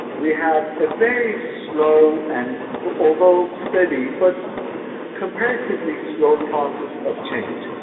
we have a very slow and but although steady but comparatively slow process of change.